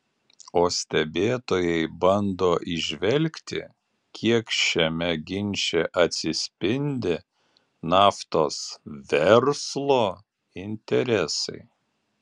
o stebėtojai bando įžvelgti kiek šiame ginče atsispindi naftos verslo interesai